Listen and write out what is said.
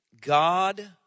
God